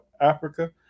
Africa